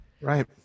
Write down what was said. Right